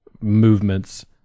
movements